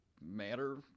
matter